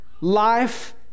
Life